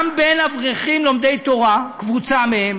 גם בין אברכים לומדי תורה, קבוצה מהם,